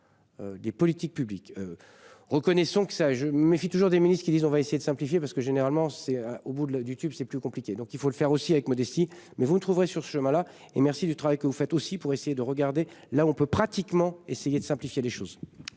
Des politiques publiques. Reconnaissons que ça je me méfie toujours des ministres-qui disent on va essayer de simplifier parce que généralement c'est au bout de la du tube, c'est plus compliqué. Donc il faut le faire aussi avec modestie mais vous trouverez sur ce chemin-là et merci du travail que vous faites aussi pour essayer de regarder, là on peut pratiquement essayer de simplifier les choses.